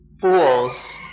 Fools